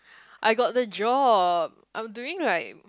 I got the job I'm doing like